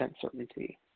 certainty